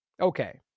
Okay